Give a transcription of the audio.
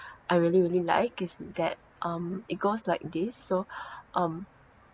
I really really like is that um it goes like this so um